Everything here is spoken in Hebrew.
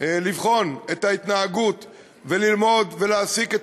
לבחון את ההתנהגות וללמוד ולהסיק את